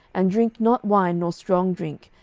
and drink not wine nor strong drink,